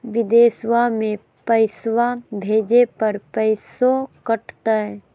बिदेशवा मे पैसवा भेजे पर पैसों कट तय?